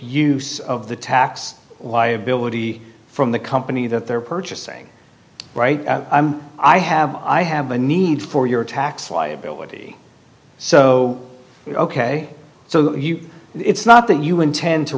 use of the tax liability from the company that they're purchasing right i have i have a need for your tax liability so you know ok so it's not that you intend to